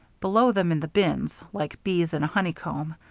below them in the bins, like bees in a honeycomb,